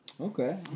Okay